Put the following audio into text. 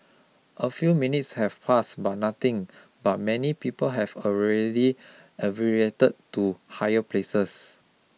a few minutes have passed but nothing but many people have already evacuated to higher places